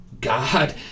God